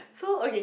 so okay